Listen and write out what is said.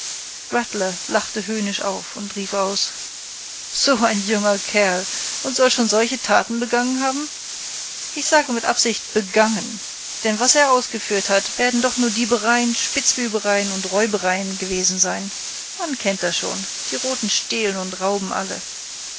rattler lachte höhnisch auf und rief aus so ein junger kerl und soll schon solche taten begangen haben ich sage mit absicht begangen denn was er ausgeführt hat werden doch nur diebereien spitzbübereien und räubereien gewesen sein man kennt das schon die roten stehlen und rauben alle